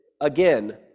again